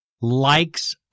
Likes